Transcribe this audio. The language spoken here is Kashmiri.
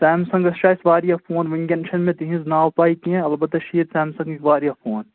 سیمسَنٛگَس چھُ اَسہِ واریاہ فون وٕنۍکٮ۪ن چھَنہٕ مےٚ تِہِنٛز ناو پَے کیٚنٛہہ اَلبَتَہ چھِ ییٚتہِ سیمسَنٛگٕکۍ واریاہ فون